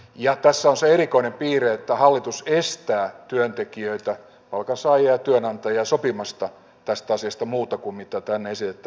ja tässä on se erikoinen piirre että hallitus estää työntekijöitä palkansaajia ja työnantajia sopimasta tästä asiasta muuta kuin mitä tämä esitettävä lainsäädäntö on